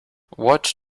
what